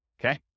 okay